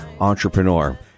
Entrepreneur